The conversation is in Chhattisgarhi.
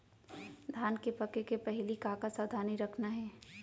धान के पके के पहिली का का सावधानी रखना हे?